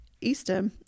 Easter